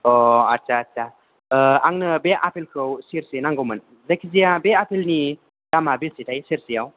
अ आच्चा आच्चा आंनो बे आपेलखौ सेरसे नांगौमोन जिखुनुजाया बे आपेलनि दामआ बेसेथाय सेरसेआव